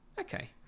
okay